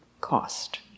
cost